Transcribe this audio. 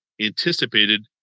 anticipated